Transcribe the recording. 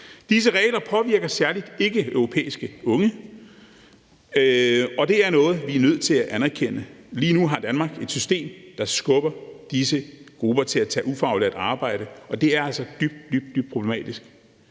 Disse regler påvirker særlig ikkeeuropæiske unge, og det er noget, vi er nødt til at anerkende. Lige nu har Danmark et system, der skubber disse grupper ud i at tage ufaglært arbejde, og det er altså dybt, dybt problematisk.